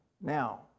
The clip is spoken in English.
now